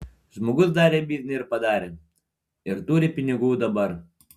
žmogus darė biznį ir padarė ir turi pinigų dabar